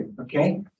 okay